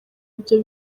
ibyo